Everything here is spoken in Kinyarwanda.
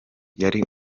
yari